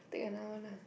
take another one lah